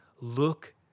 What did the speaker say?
look